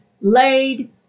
laid